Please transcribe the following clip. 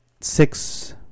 six